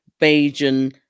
Bajan